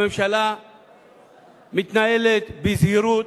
הממשלה מתנהלת בזהירות,